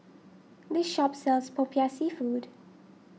this shop sells Popiah Seafood